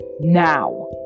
Now